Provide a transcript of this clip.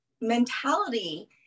mentality